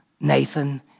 Nathan